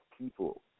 people